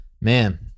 Man